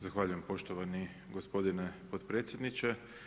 Zahvaljujem poštovani gospodine potpredsjedniče.